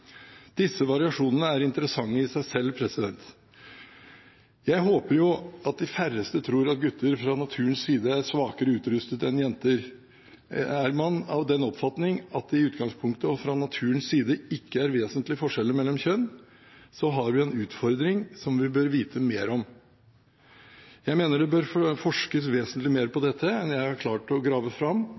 Disse variasjonene er interessante i seg selv. Jeg håper de færreste tror at gutter fra naturens side er svakere utrustet enn jenter. Er man av den oppfatning at det i utgangspunktet og fra naturens side ikke er vesentlige forskjeller mellom kjønn, har vi en utfordring som vi bør vite mer om. Jeg mener det bør forskes vesentlig mer på dette enn jeg har klart å grave fram,